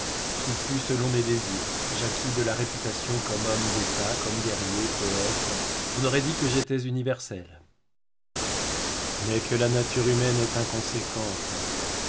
tout fut selon mes désirs j'acquis de la réputation comme homme d'état comme guerrier poëte on aurait dit que j'étais universel mais que la nature humaine est inconséquente